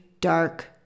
dark